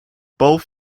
both